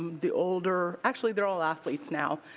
the older, actually, they are all athletes now,